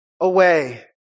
away